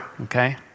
okay